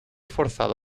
forzado